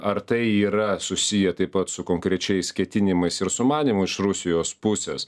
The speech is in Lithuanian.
ar tai yra susiję taip pat su konkrečiais ketinimais ir sumanymu iš rusijos pusės